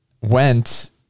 went